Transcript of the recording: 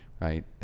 right